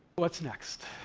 what's next?